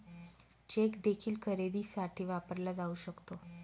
check देखील खरेदीसाठी वापरला जाऊ शकतो